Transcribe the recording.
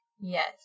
Yes